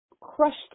crushed